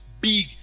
big